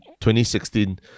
2016